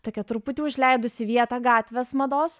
tokia truputį užleidusi vietą gatvės mados